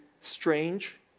strange